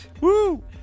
Woo